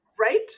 right